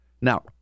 Now